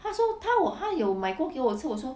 她说她我她有买过给我吃我说